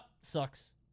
sucks